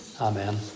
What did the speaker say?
Amen